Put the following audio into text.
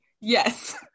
Yes